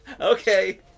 Okay